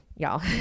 y'all